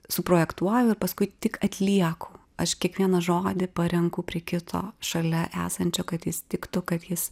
suprojektuoju ir paskui tik atlieku aš kiekvieną žodį parenku prie kito šalia esančio kad jis tiktų kad jis